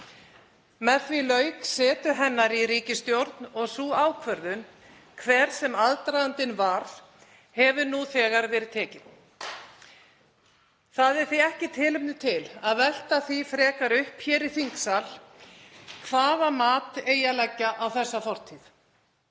Með því lauk setu hennar í ríkisstjórn og sú ákvörðun, hver sem aðdragandinn var, hefur nú þegar verið tekin. Því er ekki tilefni til að velta því frekar upp hér í þingsal hvaða mat eigi að leggja á þessa fortíð.